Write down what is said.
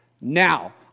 now